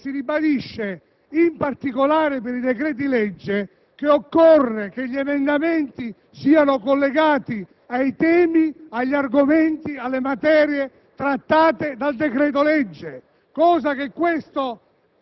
cui si ribadisce, in particolare per i decreti-legge, che occorre che gli emendamenti siano collegati ai temi, agli argomenti e alle materie trattate dal decreto-legge, cosa che